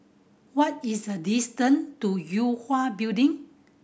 what is the distant to Yue Hwa Building